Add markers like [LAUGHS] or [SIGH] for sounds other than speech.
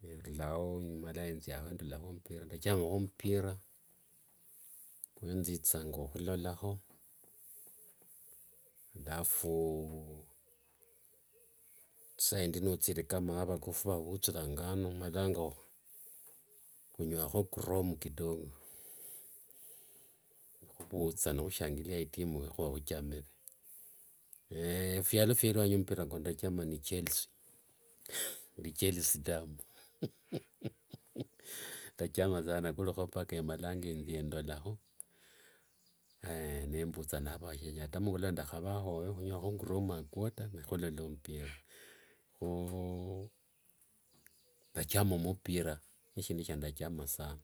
Nendulao, nemala thiakho endolakholo mpira, ndachamakho mpira kwenzithanga khulolakho, alafu isaindi kama wa vakofu vavuthirangano khumalanga [HESITATION] khunywakho crom kidogo [NOISE] nikhuvutha nikhushangilia itimu yakhuva nikhuchamire. [HESITATION] phialo fweruanyi, mpira kwandachama ni chelsea [LAUGHS] ni chelsea damu [LAUGHS] ndachama sana nikukhulikho empaka thie endolakho. [HESITATION] ethia ndolakho nembutha nende vashiange. Ata mungolove ndakhavakhoyo ni khungwakho [UNINTELLIGIBLE] a quarter nikhulola mpira [NOISE] [HESITATION] ndachama mpira nishindu shindachama sana.